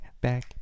back